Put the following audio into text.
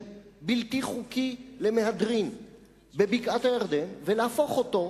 בלתי חוקי למהדרין בבקעת-הירדן ולהפוך אותו,